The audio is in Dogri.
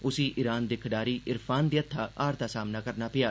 उसी ईरान दे खड्ढारी इरफान दे हत्था हार दा सामना करना पेआ